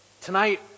Tonight